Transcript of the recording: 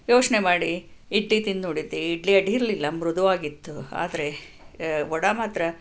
ಯೋಚನೆ ಮಾಡಿ ಇಡ್ಲಿ ತಿಂದು ನೋಡಿದ್ದೆ ಇಡ್ಲಿ ಅಡ್ಡಿರ್ಲಿಲ್ಲ ಮೃದುವಾಗಿತ್ತು ಆದರೆ ವಡೆ ಮಾತ್ರ